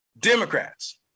Democrats